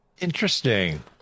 Interesting